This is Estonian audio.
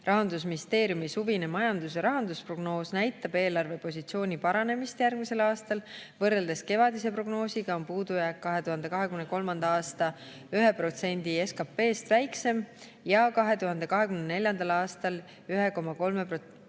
Rahandusministeeriumi suvine majandus- ja rahandusprognoos näitab eelarvepositsiooni paranemist järgmisel aastal. Võrreldes kevadise prognoosiga on puudujääk 2023. aastal 1% SKP-st väiksem ja 2024. aastal 1,3%